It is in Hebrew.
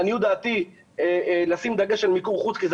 לעניות דעתי צריך לשים דגש על מיקור חוץ כי זה